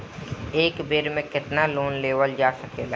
एक बेर में केतना लोन लेवल जा सकेला?